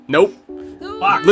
Nope